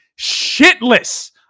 shitless